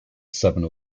seven